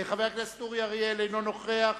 חבר הכנסת אורי אריאל, אינו נוכח.